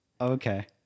okay